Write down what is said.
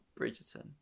Bridgerton